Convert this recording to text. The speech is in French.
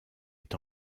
est